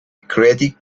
creative